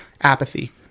apathy